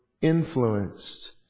influenced